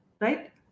Right